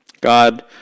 God